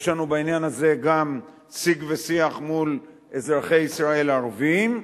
יש לנו בעניין הזה גם שיג ושיח מול אזרחי ישראל הערבים,